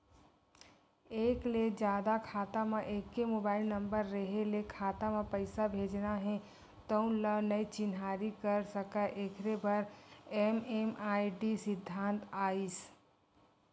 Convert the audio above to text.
एक ले जादा खाता म एके मोबाइल नंबर रेहे ले खाता म पइसा भेजना हे तउन ल नइ चिन्हारी कर सकय एखरे बर एम.एम.आई.डी सिद्धांत आइस